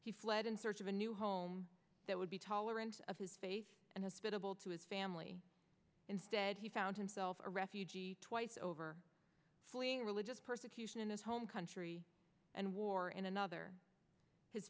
he fled in search of a new home that would be tolerant of his faith and has been able to his family instead he found himself a refugee twice over fleeing religious persecution in his home country and war in another his